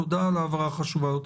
תודה על ההבהרה החשובה זאת.